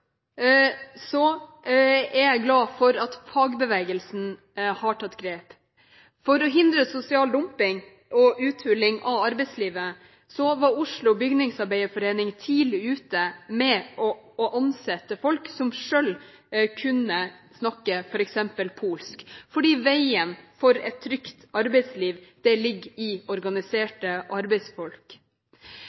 er jeg glad for at fagbevegelsen har tatt grep. For å hindre sosial dumping og uthuling av arbeidslivet, var Oslo Bygningsarbeiderforening tidlig ute med å ansette folk som selv kunne snakke f.eks. polsk. Veien til et trygt arbeidsliv ligger i organiserte arbeidsfolk.